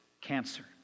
cancer